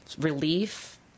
relief